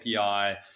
API